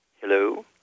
Hello